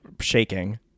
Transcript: Shaking